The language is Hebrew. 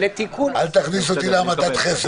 אל תכניס אותי להמתת חסד עכשיו.